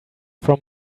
from